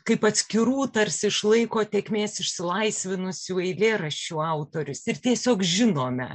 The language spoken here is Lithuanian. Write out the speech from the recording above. kaip atskirų tarsi iš laiko tėkmės išsilaisvinusių eilėraščių autorius ir tiesiog žinome